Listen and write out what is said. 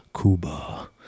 Cuba